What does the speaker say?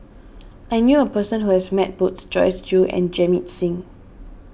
I knew a person who has met both Joyce Jue and Jamit Singh